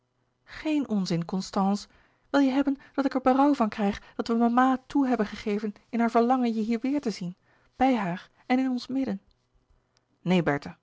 geen onzin constance wil je hebben dat ik er berouw van krijg dat we mama toe hebben gegeven in haar verlangen je hier weêr te zien bij haar en in ons midden neen bertha